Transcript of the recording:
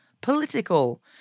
political